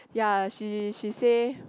ya she she say